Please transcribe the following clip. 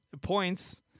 Points